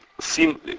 seem